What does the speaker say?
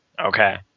Okay